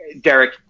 Derek